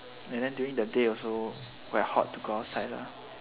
and then during the day also quite hot to go outside lah